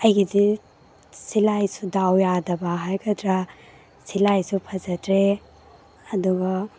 ꯑꯩꯒꯤꯗꯤ ꯁꯤꯂꯥꯏꯁꯨ ꯗꯥꯎ ꯌꯥꯗꯕ ꯍꯥꯏꯒꯗ꯭ꯔꯥ ꯁꯤꯂꯥꯏꯁꯨ ꯐꯖꯗ꯭ꯔꯦ ꯑꯗꯨꯒ